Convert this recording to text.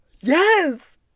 Yes